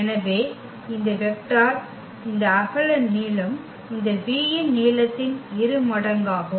எனவே இந்த வெக்டர் இந்த அகல நீளம் இந்த v இன் நீளத்தின் இருமடங்காகும்